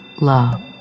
love